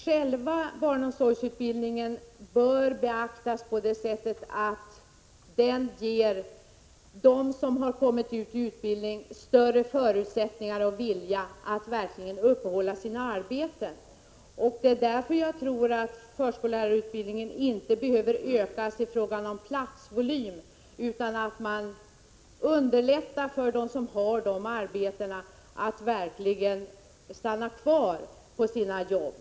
Själva barnomsorgsutbildningen bör beaktas på det sättet att den ger dem som har kommit ut i utbildning större förutsättningar och vilja att uppehålla sina arbeten. Därför tror jag att förskollärarutbildningen inte behöver ökas i fråga om antalet platser. Man bör i stället underlätta för dem som har arbeten att verkligen stanna kvar på sina jobb.